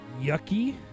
yucky